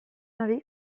hori